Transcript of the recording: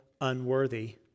unworthy